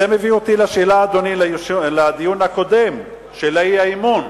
זה מביא אותי לדיון הקודם, של האי-אמון,